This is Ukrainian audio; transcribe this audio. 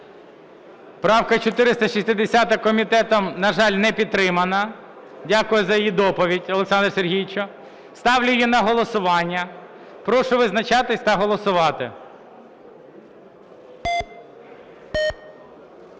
Правка 460-а комітетом, на жаль, не підтримана. Дякую за її доповідь, Олександре Сергійовичу. Ставлю її на голосування. Прошу визначатися та голосувати.